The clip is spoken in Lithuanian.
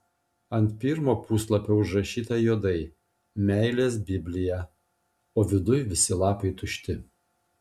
ant pirmo puslapio užrašyta juodai meilės biblija o viduj visi lapai tušti